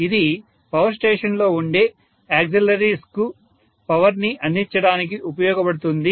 ఇది power station లో ఉండే ఆక్సిలరీలకు పవర్ ని అందించడానికి ఉపయోగపడుతుంది